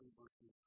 verses